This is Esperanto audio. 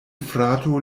frato